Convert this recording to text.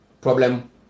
problem